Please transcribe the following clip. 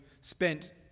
spent